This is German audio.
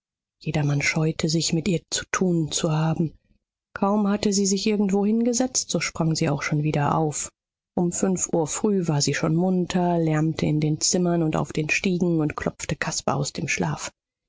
jedermann scheute sich mit ihr zu tun zu haben kaum hatte sie sich irgendwo hingesetzt so sprang sie auch schon wieder auf um fünf uhr früh war sie schon munter lärmte in den zimmern und auf den stiegen und klopfte caspar aus dem schlaf